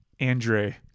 Andre